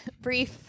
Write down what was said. brief